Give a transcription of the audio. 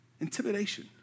Intimidation